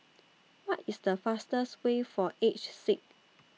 What IS The fastest Way For Aged Sick